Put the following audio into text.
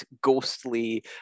ghostly